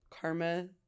Karma